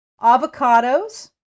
Avocados